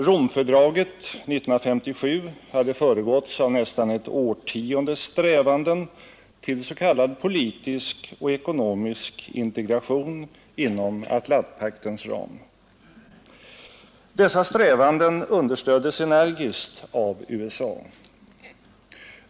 Romfördraget 1957 hade föregåtts av nästan ett årtiondes strävanden till s.k. politisk och ekonomisk integration inom Atlantpaktens ram. Dessa strävanden understöddes energiskt av USA.